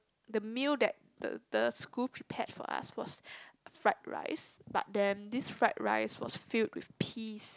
the meal that the the school prepared for us was fried rice but then this fried rice was filled with peas